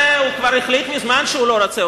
הוא כבר החליט מזמן שהוא לא רוצה,